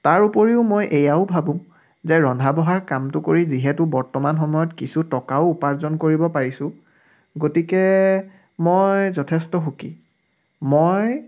তাৰ উপৰিও মই এয়াও ভাবোঁ যে ৰন্ধা বঢ়াৰ কামটো কৰি যিহেতু বৰ্তমান সময়ত কিছু টকাও উপাৰ্জন কৰিব পাৰিছোঁ গতিকে মই যথেষ্ট সুখী মই